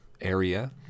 area